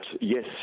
yes